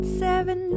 seven